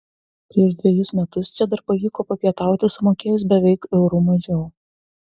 prieš dvejus metus čia dar pavyko papietauti sumokėjus beveik euru mažiau